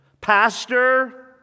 pastor